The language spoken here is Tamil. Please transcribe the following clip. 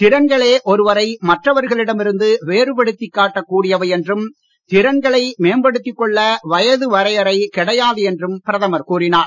திறன்களே ஒருவரை மற்றவர்களிடம் இருந்து வேறுபடுத்திக் காட்டக் கூடியவை என்றும் திறன்களை மேம்படுத்திக் கொள்ள வயது வரையறை பிரதமர் கூறினார்